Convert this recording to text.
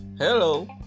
Hello